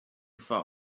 far